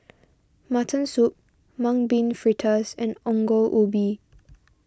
Mutton Soup Mung Bean Fritters and Ongol Ubi